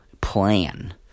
plan